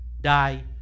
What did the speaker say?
Die